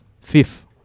fifth